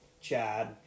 Chad